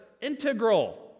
integral